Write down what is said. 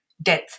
death